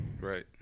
Right